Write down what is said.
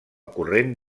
corrent